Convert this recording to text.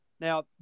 Now